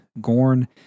Gorn